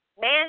man